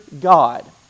God